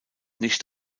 nicht